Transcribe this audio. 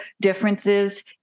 differences